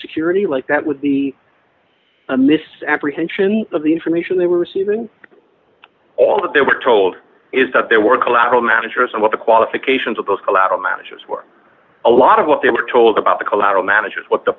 security like that would be a misapprehension of the information they were receiving all that they were told is that there were collateral managers and what the qualifications of those collateral managers were a lot of what they were told about the collateral managers what the